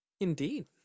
Indeed